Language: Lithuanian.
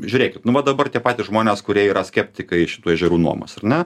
žiūrėkit nu va dabar tie patys žmonės kurie yra skeptikai šitų ežerų nuomos ar ne